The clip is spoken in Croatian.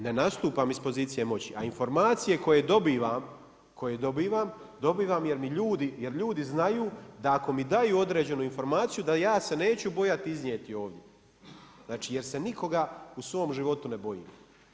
Ne nastupam iz pozicije moći, a informacije koje dobivam, dobivam jer ljudi znaju da ako mi daju određenu informaciju, da ja se neću bojati iznijeti ovdje, znači jer se nikoga u svom životu ne bojim.